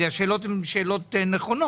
השאלות הן נכונות,